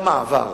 למעבר.